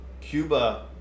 Cuba